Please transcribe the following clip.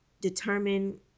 determine